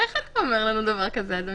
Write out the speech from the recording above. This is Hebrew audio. איך אתה אומר לנו דבר כזה, אדוני?